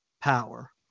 power